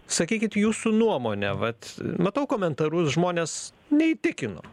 sakykit jūsų nuomone vat matau komentarus žmones neįtikino